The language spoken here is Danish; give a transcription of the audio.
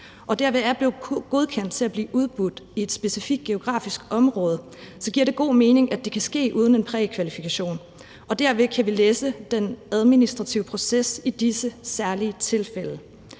derved er blevet godkendt til at blive udbudt i et specifikt geografisk område, giver det god mening, at det kan ske uden en prækvalifikation. Derved kan vi lette den administrative proces i disse særlige tilfælde.